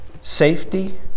safety